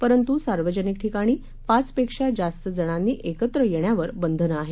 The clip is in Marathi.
परंतु सार्वजनिक ठिकाणी पाचपेक्षा जास्त जणांनी एकत्र येण्यावर बंधनं आहेत